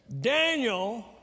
Daniel